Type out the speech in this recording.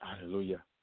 hallelujah